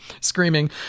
screaming